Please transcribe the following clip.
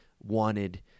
wanted